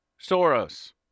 Soros